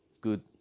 good